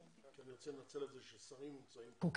אני רוצה לנצל את ששרים נמצאים פה,